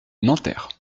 nanterre